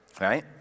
right